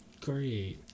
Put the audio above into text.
Great